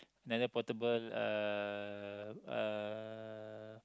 another portable uh uh